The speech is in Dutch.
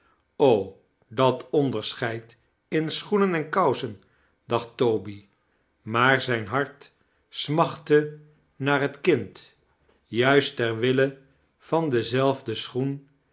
dat onderschedd in schoenen en ko-usein dacht toby maar zijn hart smachtte naar het kind juist ter wille van dezelfde schoem